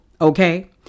Okay